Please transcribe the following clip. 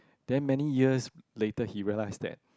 then many years later he realized that